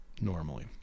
normally